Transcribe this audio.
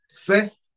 First